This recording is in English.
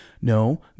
No